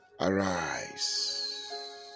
Arise